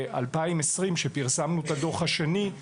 כשפרסמנו את הדוח השני,